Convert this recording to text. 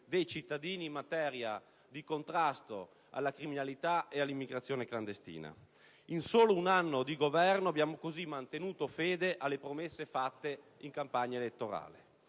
dei cittadini in materia di contrasto alla criminalità e all'immigrazione clandestina. In solo un anno di Governo abbiamo così mantenuto fede alle promesse fatte in campagna elettorale.